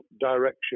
direction